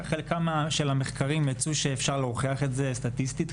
חלק מהמחקרים מצאו שאפשר להוכיח את זה סטטיסטית,